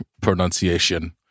pronunciation